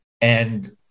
and-